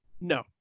no